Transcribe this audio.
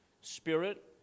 spirit